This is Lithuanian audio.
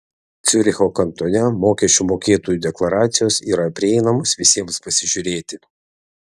ciuricho kantone mokesčių mokėtojų deklaracijos yra prieinamos visiems pasižiūrėti